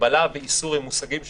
הגבלה ואיסור הם מושגים שונים,